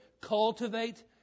Cultivate